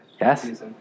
Yes